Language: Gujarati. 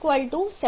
76 75